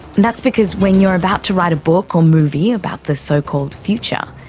and that's because when you're about to write a book or movie about the so-called future,